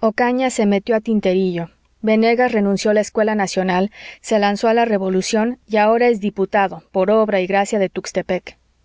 ocaña se metió a tinterillo venegas renunció la escuela nacional se lanzó a la revolución y ahora es diputado por obra y gracia de tuxtepec